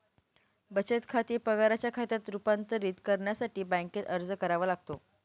बचत खाते पगाराच्या खात्यात रूपांतरित करण्यासाठी बँकेत अर्ज करावा लागतो